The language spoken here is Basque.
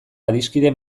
adiskide